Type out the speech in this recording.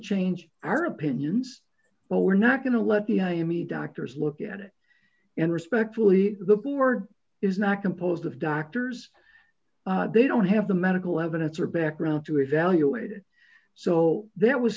change our opinions but we're not going to let the i am me doctors look at it and respectfully the board is not composed of doctors they don't have the medical evidence or background to evaluate it so there was